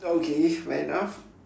okay fair enough